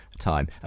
time